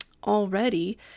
already